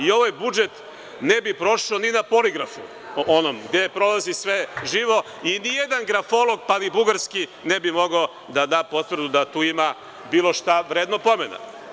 Ovaj budžet ne bi prošao ni na poligrafu gde prolazi sve živo i ni jedan grafolog, pa ni bugarski ne bi mogao da da potvrdu da tu ima bilo šta vredno pomena.